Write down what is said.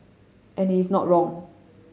and he is not wrong